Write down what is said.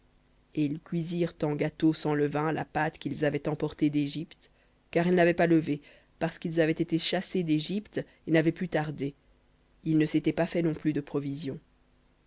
et ils cuisirent en gâteaux sans levain la pâte qu'ils avaient emportée d'égypte car elle n'avait pas levé parce qu'ils avaient été chassés d'égypte et n'avaient pu tarder ils ne s'étaient pas fait non plus de provisions